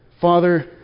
Father